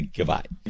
Goodbye